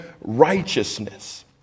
righteousness